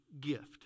gift